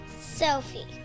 Sophie